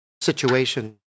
situation